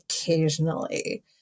occasionally